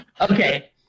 Okay